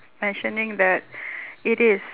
mentioning that it is